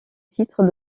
titre